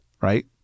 right